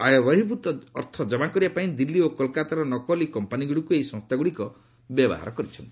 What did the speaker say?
ଆୟବର୍ହିଭ୍ତ ଅର୍ଥ କମା କରିବା ପାଇଁ ଦିଲ୍ଲୀ ଓ କୋଲକାତାର ନକଲି କମ୍ପାନୀଗୁଡ଼ିକୁ ଏହି ସଂସ୍ଥାଗୁଡ଼ିକ ବ୍ୟବହାର କରିଛନ୍ତି